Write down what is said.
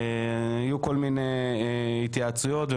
היו כל מיני התייעצויות.